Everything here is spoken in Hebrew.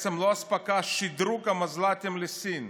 בעצם לא אספקה, שדרוג המזל"טים לסין,